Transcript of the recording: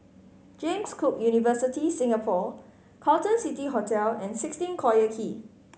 James Cook University Singapore Carlton City Hotel and sixteen Collyer Quay